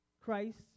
Christ